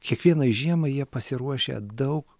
kiekvienai žiemai jie pasiruošę daug